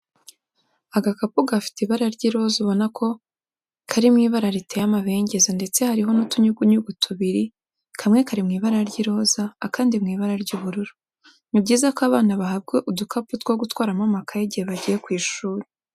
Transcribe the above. Agakapu gafite ibara ry'iroza ubona ko kari mu ibara riteye amabengeza ndetse hariho utunyugunyugu tubiri kamwe kari mu ibara ry'iroza, akandi kari mu ibara ry'ubururu. Ni byiza ko abana bahabwa udukapu two gutwaramo amakayi igihe bagiye ku ishuri.